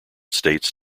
states